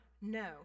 No